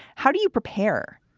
how do you prepare?